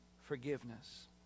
forgiveness